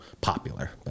popular